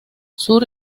sur